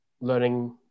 learning